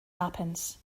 happens